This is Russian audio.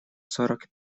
сорок